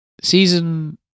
Season